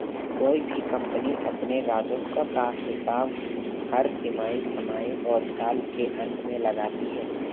कोई भी कम्पनी अपने राजस्व का हिसाब हर तिमाही, छमाही और साल के अंत में लगाती है